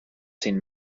seen